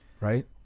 right